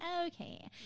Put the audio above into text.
Okay